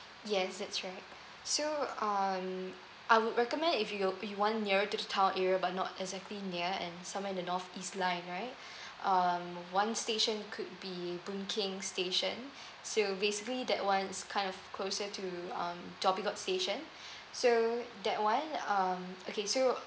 yes that's right so um I would recommend if you'll you want nearer to the town area but not exactly near and somewhere in the northeast line right um one station could be boon keng station so basically that one's kind of closer to um dhoby ghaut station so that one um okay so